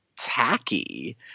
tacky